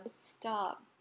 Stop